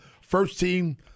first-team